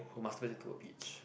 who masturbated to a peach